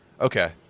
Okay